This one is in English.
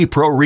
Pro